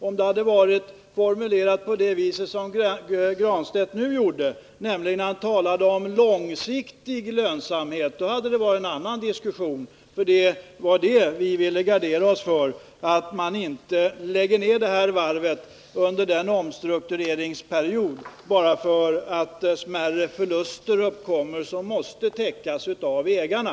Hade man valt den formulering som Pär Granstedt nu använde, ”långsiktig lönsamhet”, hade det blivit en annan diskussion. Vi ville gardera oss mot att man lägger ned det här varvet under en omstruktureringsperiod bara därför att smärre förluster uppkommer, som måste täckas av ägarna.